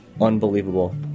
unbelievable